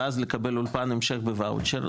ואז לקבל אולפן המשך בוואוצ'ר,